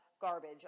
garbage